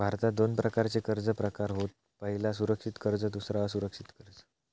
भारतात दोन प्रकारचे कर्ज प्रकार होत पह्यला सुरक्षित कर्ज दुसरा असुरक्षित कर्ज